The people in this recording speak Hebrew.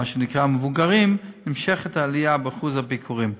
מה שנקרא מבוגרים, נמשכת העלייה באחוז הביקורים.